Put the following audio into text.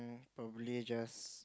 but really just